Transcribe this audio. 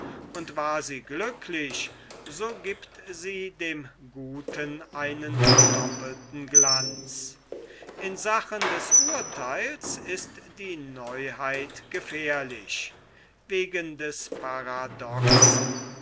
und war sie glücklich so giebt sie dem guten einen doppelten glanz in sachen des urtheils ist die neuheit gefährlich wegen des paradoxen